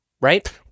right